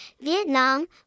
Vietnam